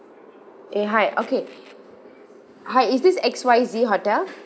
eh hi okay hi is this X Y Z hotel